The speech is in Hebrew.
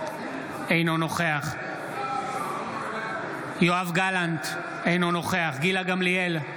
אינו נוכח יואב גלנט, אינו נוכח גילה גמליאל,